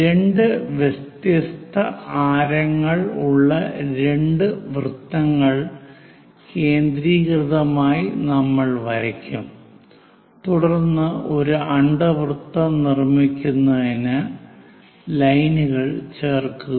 രണ്ട് വ്യത്യസ്ത ആരങ്ങൾ ഉള്ള രണ്ട് വൃത്തങ്ങൾ കേന്ദ്രീകൃതമായി നമ്മൾ വരയ്ക്കും തുടർന്ന് ഒരു അണ്ഡവൃത്തം നിർമ്മിക്കുന്നതിന് ലൈനുകൾ ചേർക്കും